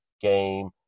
game